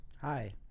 Hi